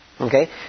Okay